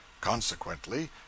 Consequently